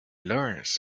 learns